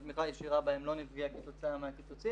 התמיכה הישירה בהם לא נפגעה כתוצאה מהקיצוצים,